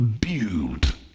build